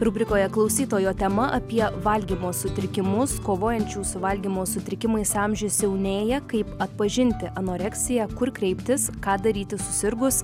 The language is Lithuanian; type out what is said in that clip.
rubrikoje klausytojo tema apie valgymo sutrikimus kovojančių su valgymo sutrikimais amžius jaunėja kaip atpažinti anoreksiją kur kreiptis ką daryti susirgus